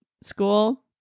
school